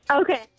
Okay